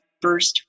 first